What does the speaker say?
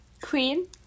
queen